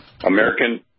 American